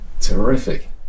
Terrific